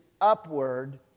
upward